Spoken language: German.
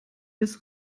des